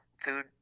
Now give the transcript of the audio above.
food